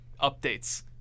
updates